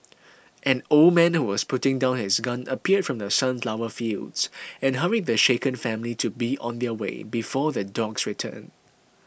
an old man who was putting down his gun appeared from the sunflower fields and hurried the shaken family to be on their way before the dogs return